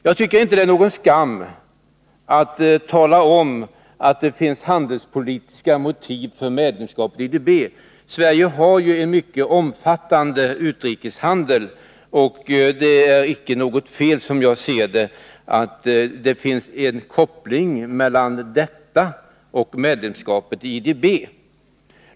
Jag tycker inte det är någon skam att tala om att det finns handelspolitiska motiv för medlemskapet i IDB. Sverige har ju en :mycket omfattande utrikeshandel, och det är icke något fel, som jag ser det, att det finns en koppling mellan detta och medlemskapet i IDB.